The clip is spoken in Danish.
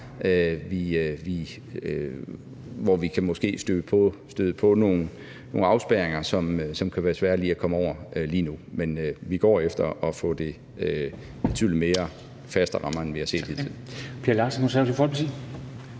hvor vi måske kan støde på nogle afspærringer, som kan være svære at komme over lige nu. Men vi går efter at få det i betydelig mere faste rammer, end vi har set hidtil.